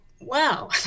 wow